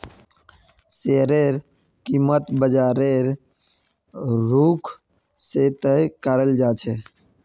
शेयरेर कीमत बाजारेर रुख से तय कराल जा छे